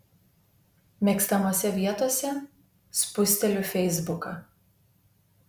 mėgstamose vietose spusteliu feisbuką